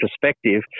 perspective